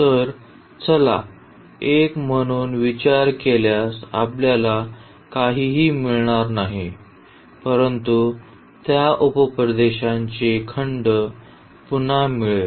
तर चला 1 म्हणून विचार केल्यास आपल्याला काहीही मिळणार नाही परंतु त्या उप प्रदेशाचे खंड पुन्हा मिळेल